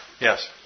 yes